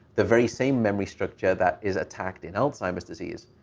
the very same memory structure that is attacked in alzheimer's disease.